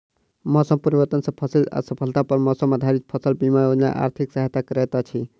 मौसम परिवर्तन सॅ फसिल असफलता पर मौसम आधारित फसल बीमा योजना आर्थिक सहायता करैत अछि